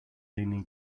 leaning